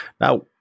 Now